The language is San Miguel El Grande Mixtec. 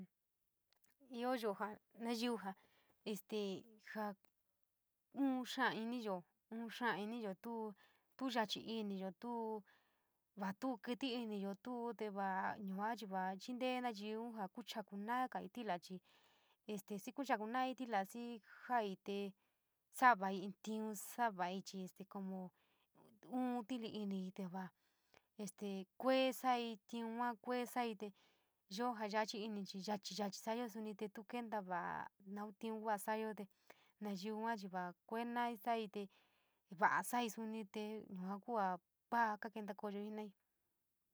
Io yo ja naiyo ja este foo vun xaa ini yo, vu xaa ini yo tuo tu yachí ini yo- to, va tuo kii ini yo tuo te vaa te yua chiintee naiyo ja kankouu na daagai trilia chi este xii kuuanku naii trilia xii foo te saadi vai iniun soo vai chi te como vun tiilip ini iii te va este kuu soo tun yuaa koe soii te yo foo yachí ini chi yachí, yachí saaiyo soou te tuo venita vai nauntiin kuu ja saiyo te naiyo yua te vaa kuu mai soii te vara soi sonito yua kua va´a ka kentai jenai.